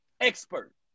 expert